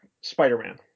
Spider-Man